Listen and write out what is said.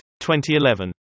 2011